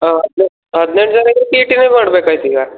ಹಾಂ ಹದಿನೈದು ಜನ ಇದ್ರೆ ಟಿ ಟಿನೇ ಮಾಡ್ಬೇಕಾಯ್ತು ಈಗ